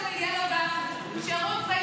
אבל שתהיה לו עוד תעודה אחת.